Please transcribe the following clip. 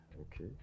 Okay